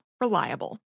Reliable